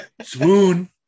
swoon